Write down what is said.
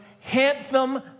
handsome